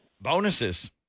Bonuses